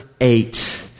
eight